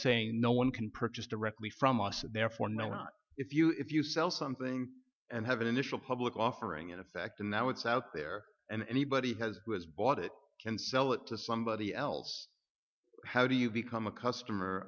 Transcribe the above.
saying no one can purchase directly from us and therefore not if you if you sell something and have an initial public offering in effect and now it's out there and anybody has bought it and sell it to somebody else how do you become a customer